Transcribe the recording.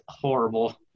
horrible